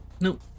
No